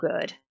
good